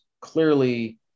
clearly